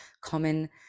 common